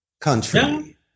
country